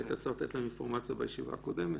היית צריך לתת לנו אינפורמציה בישיבה הקודמת.